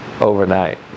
Overnight